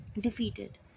defeated